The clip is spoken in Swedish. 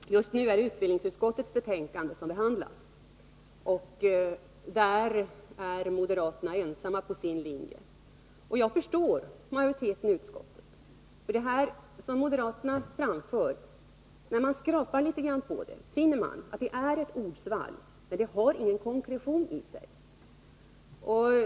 Fru talman! Just nu är det utbildningsutskottets betänkande som behandlas. Och där är moderaterna ensamma på sin linje. Och jag förstår majoriteten i utskottet. När man skrapar litet grand på det som moderaterna framför finner man att det är ett ordsvall som inte har någon konkretion i sig.